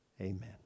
Amen